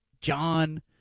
John